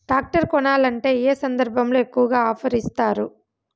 Tractor కొనాలంటే ఏ సందర్భంలో ఎక్కువగా ఆఫర్ ఇస్తారు?